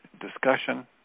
discussion